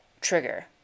trigger